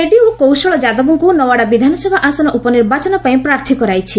JDU Kaushal ଯାଦବଙ୍କୁ ନୱାଡ଼ା ବିଧାନସଭା ଆସନ ଉପନିର୍ବାଚନ ପାଇଁ ପ୍ରାର୍ଥୀ କରାଇଛି